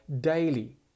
daily